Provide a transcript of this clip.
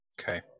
okay